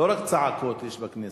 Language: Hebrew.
לא רק צעקות יש בכנסת.